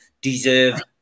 deserve